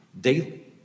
daily